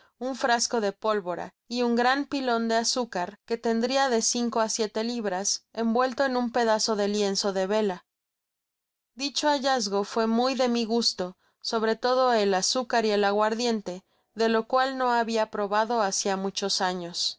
un frasco de pólvora y un gran pilon de azúcar que tendria de cinco á seis libras envuelto en un pedazo de lienzo de vela dicho hallazgo fué muy de mi gusto sobre todo el azúcar y el aguardiente de lo cual no habia probado hacia muchos años